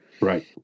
Right